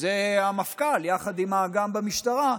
זה המפכ"ל יחד עם אג"מ במשטרה,